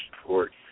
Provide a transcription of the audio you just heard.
support